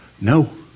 No